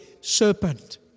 serpent